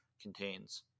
contains